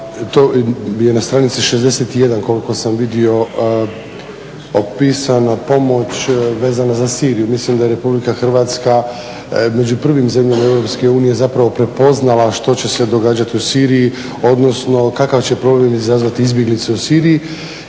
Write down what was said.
to je na stranici 61. koliko sam vidio opisano, pomoć vezana za Siriju. Mislim da je RH među prvim zemljama EU zapravo prepoznala što će se događati u Siriji odnosno kakav će problem izazvati izbjeglice u Siriji